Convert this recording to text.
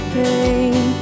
pain